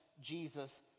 Jesus